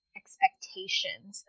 expectations